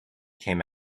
came